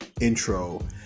intro